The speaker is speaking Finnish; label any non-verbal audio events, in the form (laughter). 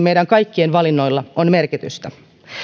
(unintelligible) meidän kaikkien valinnoilla merkitystä